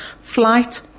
Flight